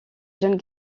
jeunes